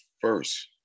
first